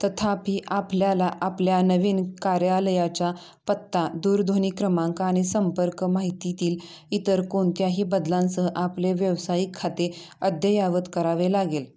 तथापि आपल्याला आपल्या नवीन कार्यालयाच्या पत्ता दूरध्वनी क्रमांक आणि संपर्क माहितीतील इतर कोणत्याही बदलांसह आपले व्यावसायिक खाते अद्ययावत करावे लागेल